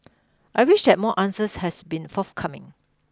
I wish that more answers has been forthcoming